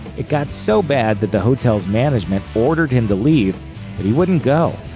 it got so bad that the hotel's management ordered him to leave but he wouldn't go.